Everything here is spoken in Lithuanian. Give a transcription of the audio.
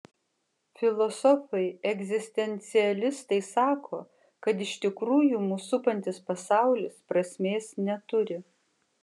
filosofai egzistencialistai sako kad iš tikrųjų mus supantis pasaulis prasmės neturi